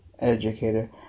Educator